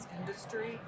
industry